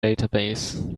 database